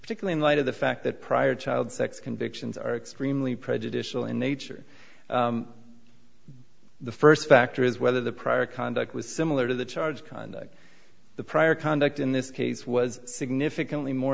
particularly in light of the fact that prior child sex convictions are extremely prejudicial in nature the first factor is whether the prior conduct was similar to the charged conduct the prior conduct in this case was significantly more